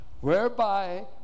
whereby